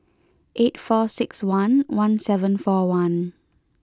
eight four six one one seven four one